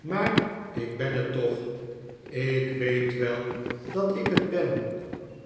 maar ik ben het toch ik weet wel dat ik het ben